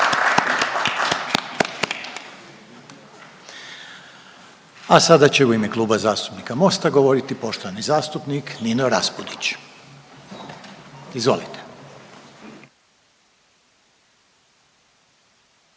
A sada će u ime Kluba zastupnika MOST-a govoriti poštovani zastupnik Nino Raspudić. Izvolite.